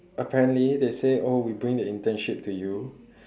apparently they say oh we bring the internship to you